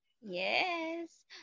Yes